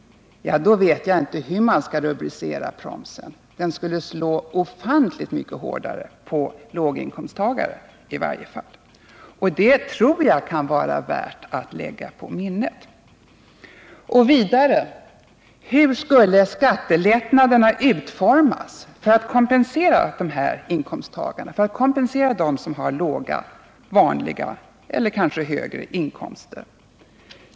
Ja, då vet jag inte hur man skulle rubricera promsen. Den skulle slå ofantligt mycket hårdare mot låginkomsttagarna i varje fall, och det tror jag det kan vara värt att lägga på minnet. Hur skulle skattelättnaderna utformas för att kompensera dessa inkomsttagare med låga och vanliga eller kanske högre inkomster?